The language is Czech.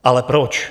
Ale proč?